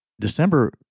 December